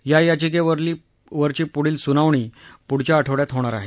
या याचिकेवरची पुढली सुनावणी पुढच्या आठवङ्यात होणार आहे